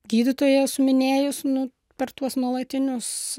gydytoja esu minėjus nu per tuos nuolatinius